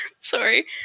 Sorry